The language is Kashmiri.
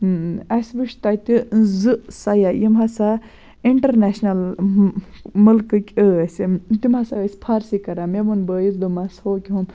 اَسہِ وٕچھ تَتہِ زٕ سیاح یِم ہَسا اِںٹَرنیشنَل مٔلکٕکۍ ٲسۍ تِم ہَسا ٲسۍ فارسی کَران مےٚ ووٚن بٲیِس دوٚپمَس ہوکیٛاہ ہُم